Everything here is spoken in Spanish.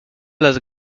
las